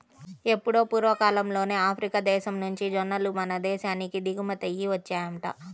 ఎప్పుడో పూర్వకాలంలోనే ఆఫ్రికా దేశం నుంచి జొన్నలు మన దేశానికి దిగుమతయ్యి వచ్చాయంట